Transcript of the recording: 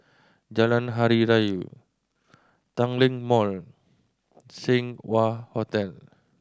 Jalan Hari Raya Tanglin Mall Seng Wah Hotel